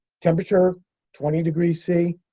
temperature twenty degrees c.